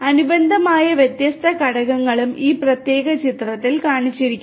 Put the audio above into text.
അനുബന്ധമായ വ്യത്യസ്ത ഘടകങ്ങളും ഈ പ്രത്യേക ചിത്രത്തിൽ കാണിച്ചിരിക്കുന്നു